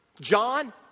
John